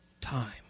time